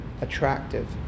attractive